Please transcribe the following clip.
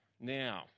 Now